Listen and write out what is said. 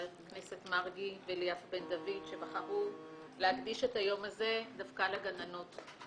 הכנסת מרגי וליפה בן דוד שבחרו להקדיש את היום הזה דווקא לגננות.